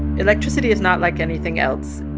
electricity is not like anything else.